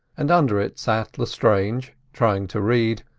and under it sat lestrange, trying to read,